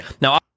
now